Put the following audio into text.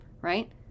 right